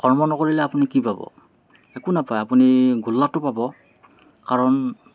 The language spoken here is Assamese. কৰ্ম নকৰিলে আপুনি কি পাব একো নাপায় আপুনি গোল্লাটো পাব কাৰণ